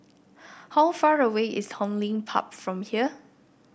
how far away is Hong Lim Park from here